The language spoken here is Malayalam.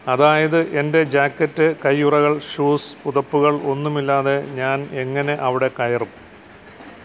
അതായത് എന്റെ ജാക്കറ്റ് കയ്യുറകൾ ഷൂസ് പുതപ്പുകൾ ഒന്നുമില്ലാതെ ഞാൻ എങ്ങനെ അവിടെ കയറും